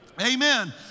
Amen